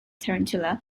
tarantula